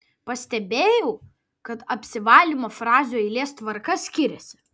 pastebėjau kad apsivalymo frazių eilės tvarka skiriasi